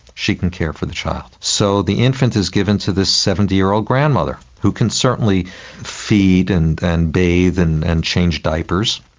she can care for the child. so the infant is given to this seventy year old grandmother, who can certainly feed and and bathe and and change diapers.